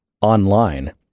online